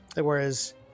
Whereas